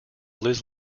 liz